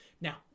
Now